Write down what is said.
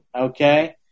Okay